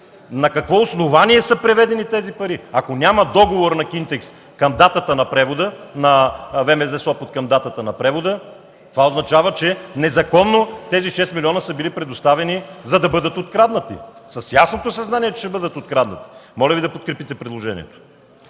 на какво основание са преведени тези пари? Ако няма договор на ВМЗ – Сопот, към датата на превода, това означава, че незаконно тези 6 милиона са били предоставени, за да бъдат откраднати, с ясното съзнание, че ще бъдат откраднати. Моля, да подкрепите предложението.